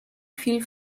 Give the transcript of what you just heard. viel